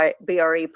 BRE